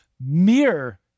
Mere